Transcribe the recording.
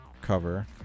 cover